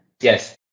Yes